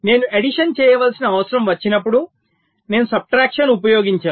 నేను ఎడిషన్ చేయవలసిన అవసరం వచ్చినప్పుడు నేను సబ్ట్రాక్షన్ ఉపయోగించను